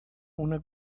una